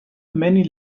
many